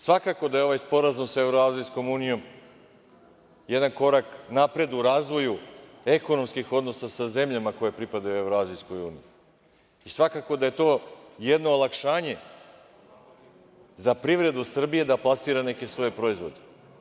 Svakako da je ovaj Sporazum sa Evroazijskom unijom jedan korak napred u razvoju ekonomskih odnosa sa zemljama koje pripadaju Evroazijskoj uniji i svakako da je to jedno olakšanje za privredu Srbije da plasira neke svoje proizvode.